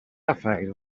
effect